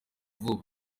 vuba